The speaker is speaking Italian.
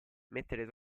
mettere